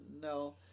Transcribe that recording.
No